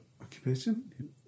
occupation